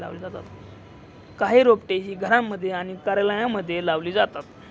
काही रोपटे ही घरांमध्ये आणि कार्यालयांमध्ये लावली जातात